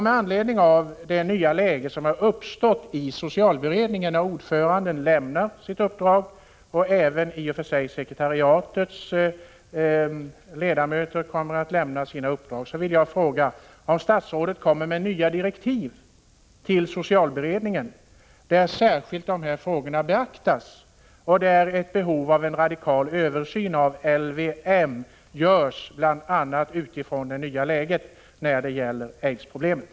Med anledning av det nya läge som har uppstått i socialberedningen, när ordföranden lämnat sitt uppdrag och sekretariatets ledamöter i och för sig också kommer att lämna sina uppdrag, vill jag fråga: Avser statsrådet att komma med nya direktiv till socialberedningen, där särskilt dessa frågor beaktas och där behovet av en radikal översyn av LVM förs fram, bl.a. utifrån det nya läget när det gäller aidsproblemet?